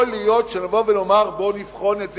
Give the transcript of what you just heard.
יכול להיות שנבוא ונאמר, בוא נבחן את זה.